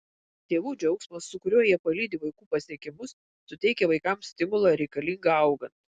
tėvų džiaugsmas su kuriuo jie palydi vaikų pasiekimus suteikia vaikams stimulą reikalingą augant